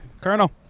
Colonel